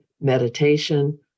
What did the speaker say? meditation